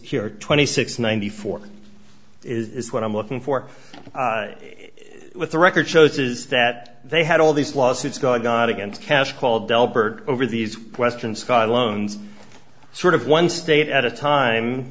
here twenty six ninety four is what i'm looking for what the record shows is that they had all these lawsuits go to god against cash called delbert over these questions scott loans sort of one state at a time